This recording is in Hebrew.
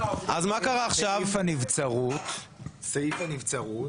סעיף הנבצרות,